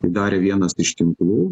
tai darė vienas iš tinklų